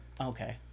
Okay